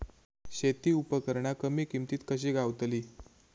शेती उपकरणा कमी किमतीत कशी गावतली?